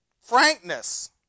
frankness